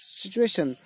situation